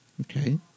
Okay